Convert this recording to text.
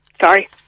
sorry